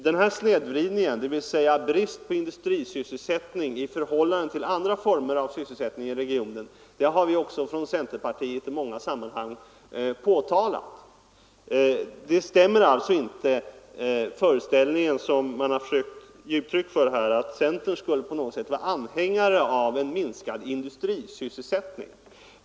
Denna snedvridning — dvs. brist på industrisysselsättning i förhållande till andra former av sysselsättning inom regionen — har vi också från centerpartiets sida i många sammanhang påtalat. Den föreställning som man här försökt ge uttryck åt, att centern skulle vara på något sätt anhängare av en minskad industrisysselsättning, stämmer alltså inte.